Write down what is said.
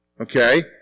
Okay